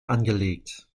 angelegt